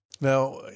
Now